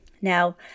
Now